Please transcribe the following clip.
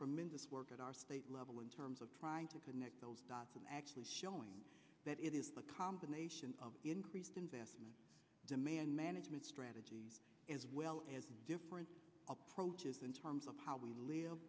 tremendous work at our state level in terms of trying to connect those dots and actually showing that it is a combination of increased investment demand management strategy as well as different approaches in terms of how we